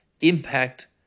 impact